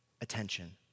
attention